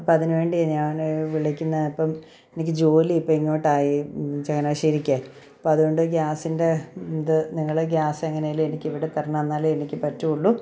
അപ്പം അതിനു വേണ്ടി ഞാൻ വിളിക്കുന്നത് അപ്പം എനിക്ക് ജോലി ഇപ്പം ഇങ്ങോട്ടായി ചങ്ങനാശ്ശേരിക്കേ അപ്പം അതുകൊണ്ട് ഗ്യാസിൻ്റെ ത് നിങ്ങളുടെ ഗ്യാസ് എങ്ങനെയെങ്കിലും ഇവിടെ തരണം എന്നാലെ എനിക്ക് പറ്റുകയുള്ളൂ